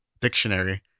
dictionary